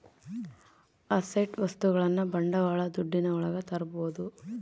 asset ವಸ್ತುಗಳನ್ನ ಬಂಡವಾಳ ದುಡ್ಡಿನ ಒಳಗ ತರ್ಬೋದು